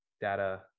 data